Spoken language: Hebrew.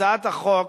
הצעת החוק,